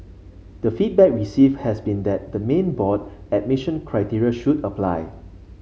the feedback receive has been that the main board admission criteria should apply